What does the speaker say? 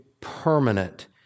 permanent